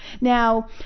Now